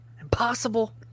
Impossible